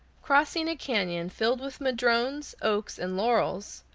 crossing a canon filled with madrones, oaks, and laurels,